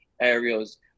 areas